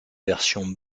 version